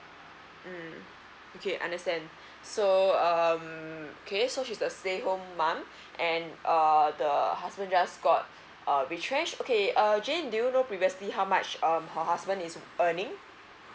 mm okay understand so um okay so she's a stay home mom and err the husband just got uh retrench okay err jane do you know previously how much um her husband is earning